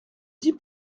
dis